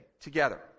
together